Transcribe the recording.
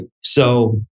So-